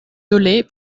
dolez